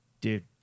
dude